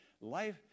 Life